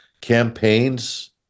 campaigns